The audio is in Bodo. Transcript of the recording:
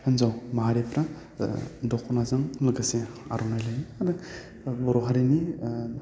हिन्जाव माहारिफ्रा दख'नाजों लोगोसे आर'नाइजों माने बर' हारिनि